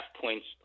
points